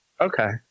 Okay